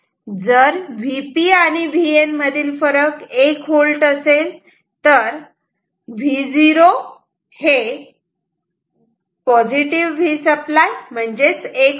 जर Vp आणि Vn मधील फरक 1V असेल तर V0 Vसप्लाय 1V असेल